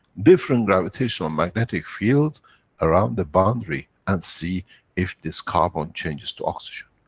different gravitational-magnetic field around the boundary, and see if this carbon changes to oxygen.